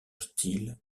style